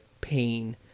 pain